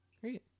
Great